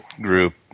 group